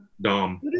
dom